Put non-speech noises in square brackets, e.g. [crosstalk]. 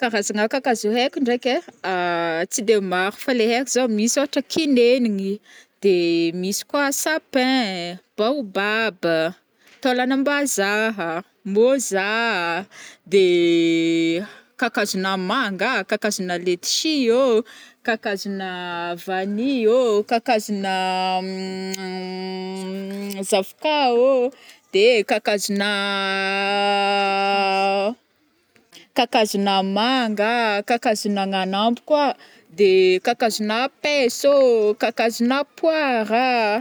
Karazagna kakazo aiko ndraiky ai, [hesitation] tsy de maro fa le haiko zao misy ôhatra kinegniny, de [hesitation] misy koà sapin, baobab, taolagna am-bazaha, môza a, de kakazonah manga a? kakazonah ledtsy ô, kakazonah vany ô, kakazonah [hesitation] zavoka ô, de kakazonah [hesitation] kakazonah manga a, kakazonah anagnambo koà, de kakazonah paiso ô, kakazonah poira a.